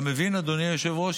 אתה מבין, אדוני היושב-ראש?